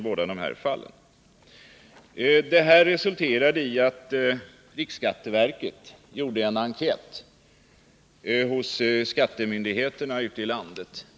Detta resulterade bl.a. i att riksskatteverket gjorde en enkät om erfarenheterna av denna beskattning hos skattemyndigheterna ute i landet.